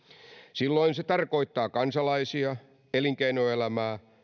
silloin se tarkoittaa kansalaisia elinkeinoelämää